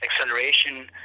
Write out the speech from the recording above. acceleration